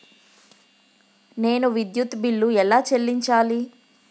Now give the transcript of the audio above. నేను విద్యుత్ బిల్లు ఎలా చెల్లించాలి?